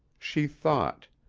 she thought!